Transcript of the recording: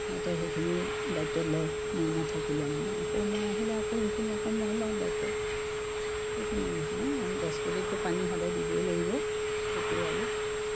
সিহঁতে সেইখিনি দায়িত্ব লয় মই নাথাকিলে মানে আকৌ মই আহিলে আকৌ সেইখিনি আকৌ মই লওঁ দায়িত্ব সেইখিনি ঘটনা আৰু গছ পুলিততো পানী সদায় দিবই লাগিব সেইটোৱে আৰু